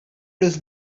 was